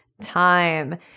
time